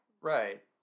Right